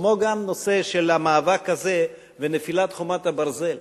כמו גם נושא המאבק הזה ונפילת חומת הברזל,